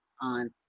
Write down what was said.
on